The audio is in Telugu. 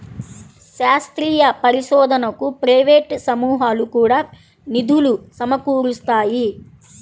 శాస్త్రీయ పరిశోధనకు ప్రైవేట్ సమూహాలు కూడా నిధులు సమకూరుస్తాయి